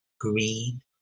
green